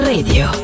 Radio